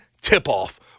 tip-off